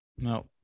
No